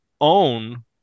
own